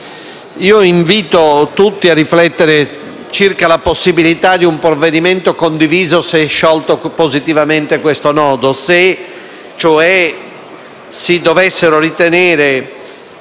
Io invito tutti a riflettere circa la possibilità di un provvedimento condiviso se sciolto positivamente questo nodo, se si dovessero cioè ritenere